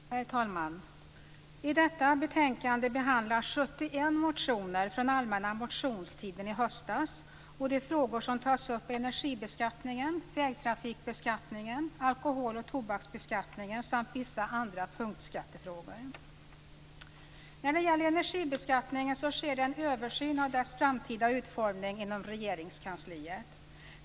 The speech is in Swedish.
Herr talman! I detta betänkande behandlas 71 motioner från allmänna motionstiden i höstas. De frågor som tas upp är energibeskattningen, vägtrafikbeskattningen, alkohol och tobaksbeskattningen samt vissa andra punktskattefrågor. När det gäller energibeskattningen sker en översyn av dess framtida utformning inom Regeringskansliet.